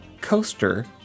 coaster